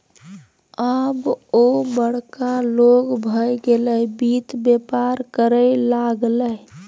आब ओ बड़का लोग भए गेलै वित्त बेपार करय लागलै